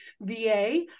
VA